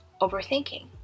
overthinking